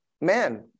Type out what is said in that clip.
Man